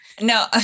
No